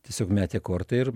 tiesiog metė kortą ir